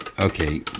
Okay